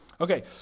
Okay